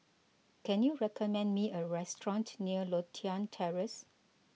can you recommend me a restaurant near Lothian Terrace